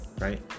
right